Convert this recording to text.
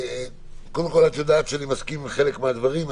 את יודעת שאני מסכים עם חלק מן הדברים.